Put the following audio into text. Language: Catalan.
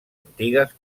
antigues